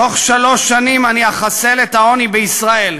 תוך שלוש שנים אני אחסל את העוני בישראל.